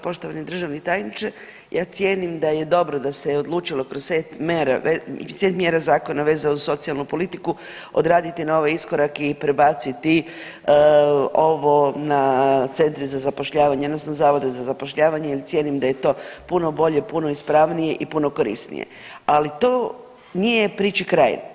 Poštovani državni tajniče, ja cijenim da je dobro da se je odlučilo kroz set mjera zakona vezano uz socijalnu politiku odraditi na ovaj iskorak i prebaciti ovo na centre za zapošljavanje odnosno zavode za zapošljavanje jel cijenim da je to puno bolje i puno ispravnije i puno korisnije, ali tu nije priči kraj.